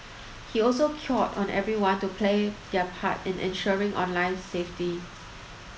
he also cured on everyone to play their part in ensuring online safety